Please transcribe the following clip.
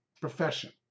Profession